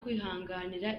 kwihanganira